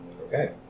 Okay